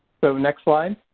so next slide.